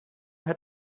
had